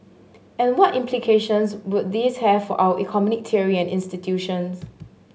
and what implications would this have for our economic theory institutions